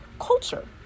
culture